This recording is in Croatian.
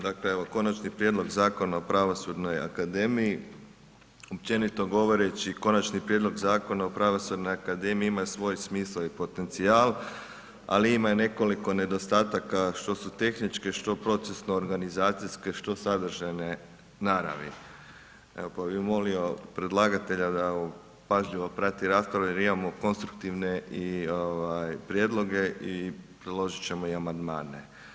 Dakle evo Konačni prijedlog Zakona o Pravosudnoj akademiji, općenito govoreći Konačni prijedlog zakona o Pravosudnoj akademiji ima svoj smisao i potencijal ali ima i nekoliko nedostataka što su tehničke, što procesno-organizacijske, što sadržajne naravi pa bi molio predlagatelja da pažljivo prati raspravu jer imamo konstruktivne prijedloge i priložit ćemo i amandmane.